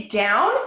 down